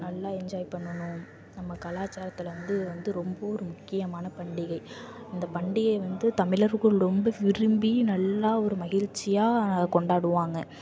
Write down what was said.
நல்லா என்ஜாய் பண்ணணும் நம்ம கலாச்சாரத்தில் வந்து வந்து ரொம்ப ஒரு முக்கியமான பண்டிகை இந்த பண்டிகை வந்து தமிழர்கள் ரொம்ப விரும்பி நல்லா ஒரு மகிழ்ச்சியாக கொண்டாடுவாங்க